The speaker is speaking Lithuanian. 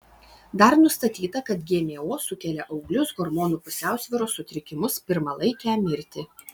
dar nustatyta kad gmo sukelia auglius hormonų pusiausvyros sutrikimus pirmalaikę mirtį